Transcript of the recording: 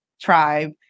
tribe